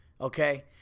okay